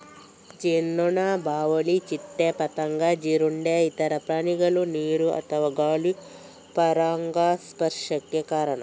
ಜೇನುನೊಣ, ಬಾವಲಿ, ಚಿಟ್ಟೆ, ಪತಂಗ, ಜೀರುಂಡೆ, ಇತರ ಪ್ರಾಣಿಗಳು ನೀರು ಅಥವಾ ಗಾಳಿ ಪರಾಗಸ್ಪರ್ಶಕ್ಕೆ ಕಾರಣ